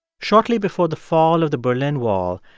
shortly before the fall of the berlin wall,